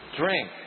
drink